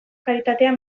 karitatea